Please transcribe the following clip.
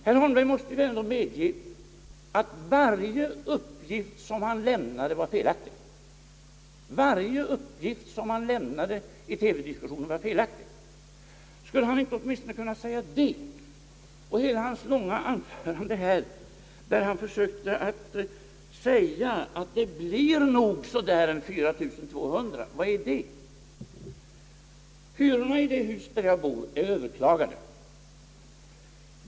Herr Holmberg måste väl ändå medge att varje uppgift som han lämnade i TV-diskussionen var felaktig. Skulle herr Holmberg åtminstone inte kunna säga det? Och hela hans långa anförande i dag, där han försökte att säga att subventionen nog blir så där 4 200 kronor, vad är det? Hyrorna i det hus där jag bor är överklagade.